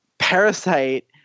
Parasite